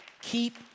Keep